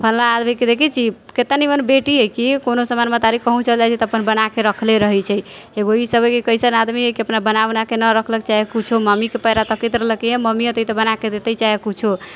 फलना आदमीके देखैत छी कितना नीमन बेटी हइ कि कोनो सामान माँ महतारी कहुँ चलि जाइत छै तऽ अपन बना कऽ रखने रहैत छै एगो ई सभ हइ कि सभ कैसन आदमी हइ कि अपना बना उना कऽ ना रखलक चाहे किछो मम्मी पेरा तकैत रहलक कि मम्मी अयतै तऽ बना कऽ देतै चाहे किछो